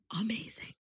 amazing